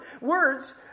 words